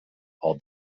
all